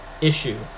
issue